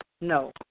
No